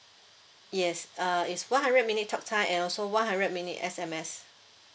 yes uh is one hundred talk minutes and also one hundred minutes S_M_S